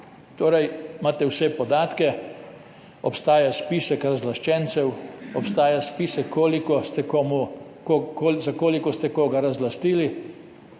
torej imate vse podatke, obstaja spisek razlaščencev, obstaja spisek, za koliko ste koga razlastili.